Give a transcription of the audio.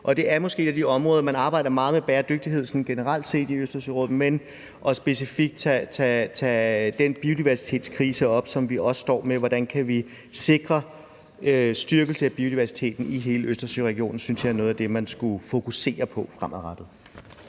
og det har den også i Østersøområdet. Man arbejder meget med bæredygtighed generelt set i Østersørådet, men specifikt den biodiversitetskrise, som vi står med, og spørgsmålet om, hvordan vi kan sikre en styrkelse af biodiversiteten i hele Østersøregionen, synes jeg er noget af det, man skulle fokusere på fremadrettet.